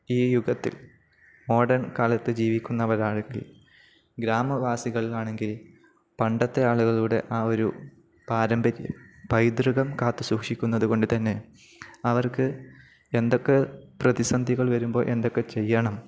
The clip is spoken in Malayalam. ഈ യുഗത്തിൽ മോഡേൺ കാലത്ത് ജീവിക്കുന്നവരാണെങ്കിൽ ഗ്രാമവാസികളിലാണെങ്കിൽ പണ്ടത്തെ ആളുകളൂടെ ആ ഒരു പാരമ്പര്യ പൈതൃകം കാത്തു സൂക്ഷിക്കുന്നതുകൊണ്ടുതന്നെ അവർക്ക് എന്തൊക്കെ പ്രതിസന്ധികൾ വരുമ്പോള് എന്തൊക്കെ ചെയ്യണം